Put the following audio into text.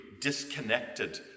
disconnected